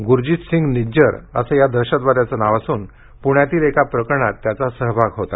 गुरजीत सिंग निज्जर असे या दहशतवाद्याचे नाव असून पूण्यातील एका प्रकरणात त्याचा सहभाग होता